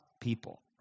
people